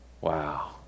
Wow